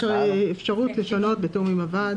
יש הרי אפשרות לשנות בתיאום עם הוועד.